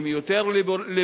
שהם יותר ליברליים,